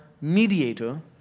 mediator